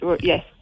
yes